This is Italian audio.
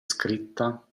scritta